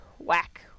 whack